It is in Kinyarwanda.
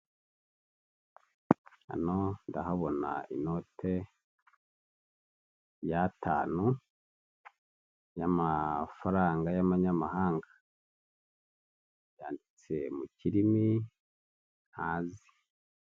Hano ndahabona inote y'atanu yamafaranga y'abanyamahanga yanditse mu kirimi ntazi